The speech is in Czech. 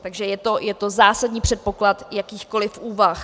Takže je to zásadní předpoklad jakýchkoliv úvah.